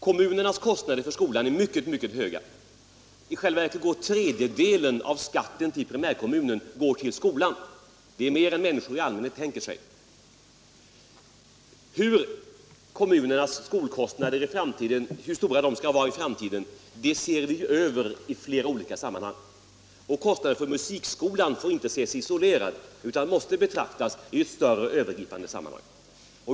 Kommunernas kostnader för skolan är mycket höga. I själva verket går en tredjedel av den primärkommunala skatten till skolan. Det är mer än vad människor i allmänhet tror. Frågan om hur stora kommunernas skolkostnader i framtiden skall vara ses f.n. över i flera olika sammanhang. Frågan om kostnaden för musikskolan får inte ses isolerad, utan den måste betraktas i ett större, övergripande sammanhang.